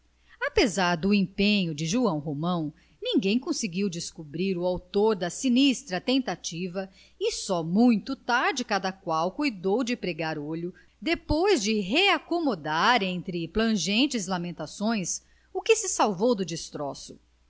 apesar do empenho do joão romão ninguém conseguiu descobrir o autor da sinistra tentativa e só muito tarde cada qual cuidou de pregar olho depois de reacomodar entre plangentes lamentações o que se salvou do destroço